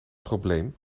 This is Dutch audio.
probleem